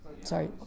sorry